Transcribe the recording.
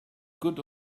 good